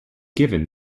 given